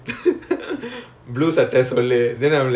oh okay typical typical